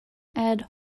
add